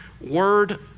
word